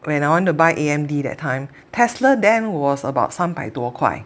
when I want to buy A_M_D that time Tesla then was about 三百多块